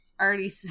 already